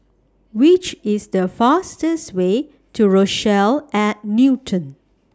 Which IS The fastest Way to Rochelle At Newton